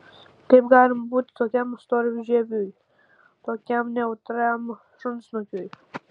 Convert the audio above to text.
kaip galima būti tokiam storžieviui tokiam nejautriam šunsnukiui